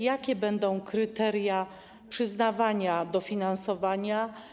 Jakie będą kryteria przyznawania dofinansowania?